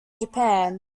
japan